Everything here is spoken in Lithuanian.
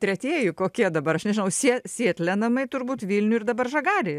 tretieji kokie dabar aš nežinau sie sietle namai turbūt vilniuj ir dabar žagarėje